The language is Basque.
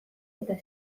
eta